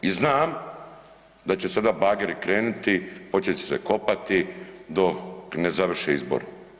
I znam da će sada bageri kreniti, počet će se kopati dok ne završe izbori.